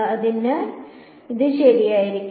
അതിനാൽ ഇത് ശരിയായിരിക്കും